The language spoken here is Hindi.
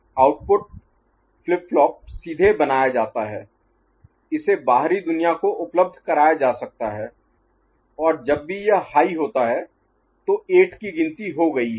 आउटपुट फ्लिप फ्लॉप सीधे बनाया जाता है इसे बाहरी दुनिया को उपलब्ध कराया जा सकता है और जब भी यह हाई होता है तो 8 की गिनती हो गयी है